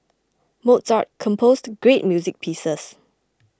Mozart composed great music pieces